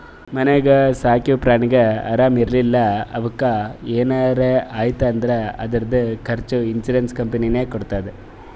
ಮನ್ಯಾಗ ಸಾಕಿವ್ ಪ್ರಾಣಿಗ ಆರಾಮ್ ಇರ್ಲಿಲ್ಲಾ ಅವುಕ್ ಏನರೆ ಆಯ್ತ್ ಅಂದುರ್ ಅದುರ್ದು ಖರ್ಚಾ ಇನ್ಸೂರೆನ್ಸ್ ಕಂಪನಿನೇ ಕೊಡ್ತುದ್